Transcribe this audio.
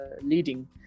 leading